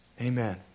Amen